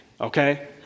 okay